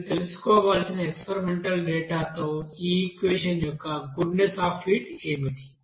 మీరు తెలుసుకోవలసిన experimental data తో ఈ ఈక్వెషన్ యొక్క గుడ్నెస్ అఫ్ ఫీట్ ఏమిటి